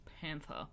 panther